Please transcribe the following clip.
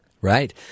right